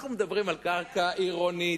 אנחנו מדברים על קרקע עירונית,